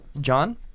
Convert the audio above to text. John